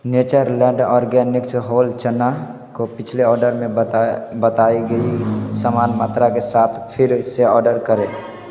Natureland organics whole चना को पिछले ऑर्डर में बता बताई गई समान मात्रा के साथ फिर से ऑर्डर करें